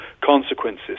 consequences